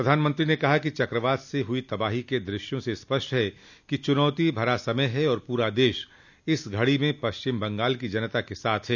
प्रधानमंत्री ने कहा कि चक्रवात से हुई तबाही के दृश्यों से स्पष्ट है कि यह चुनौती भरा समय है और पूरा देश इस घड़ी में पश्चिम बंगाल की जनता के साथ है